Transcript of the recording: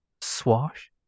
swash